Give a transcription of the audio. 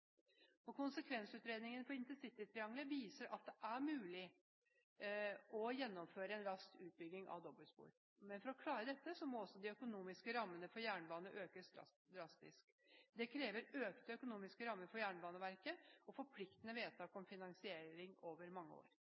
2040. Konsekvensutredningen for intercitytriangelet viser at det er mulig å gjennomføre en rask utbygging av dobbeltspor, men for å klare dette må de økonomiske rammene for jernbane økes drastisk. Det krever økte økonomiske rammer for Jernbaneverket og forpliktende vedtak om finansiering over mange år.